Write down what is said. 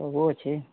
ସବୁ ଅଛି